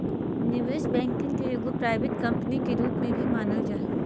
निवेश बैंकिंग के एगो प्राइवेट कम्पनी के रूप में भी मानल जा हय